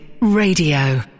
Radio